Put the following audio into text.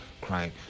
crying